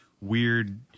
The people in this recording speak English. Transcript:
weird